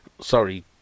Sorry